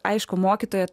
aišku mokytojo